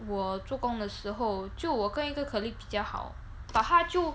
我做工的时候就我跟一个 colleague 比较好 but 他就